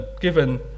given